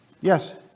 Yes